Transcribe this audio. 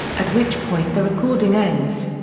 at which point the recording ends.